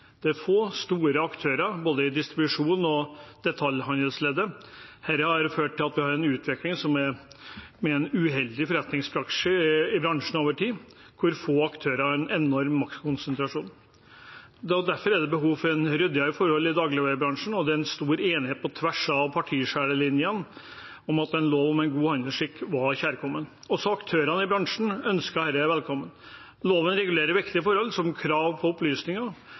Det er få store aktører, både i distribusjons- og detaljhandelsleddet. Dette har ført til at vi har hatt en utvikling med uheldig forretningspraksis i bransjen over tid, hvor få aktører har en enorm maktkonsentrasjon. Derfor er det behov for ryddigere forhold i dagligvarebransjen, og det er stor enighet på tvers av partiskillelinjene om at en lov om god handelsskikk er kjærkommen. Også aktørene i bransjen ønsker dette velkommen. Loven regulerer viktige forhold som krav på opplysninger,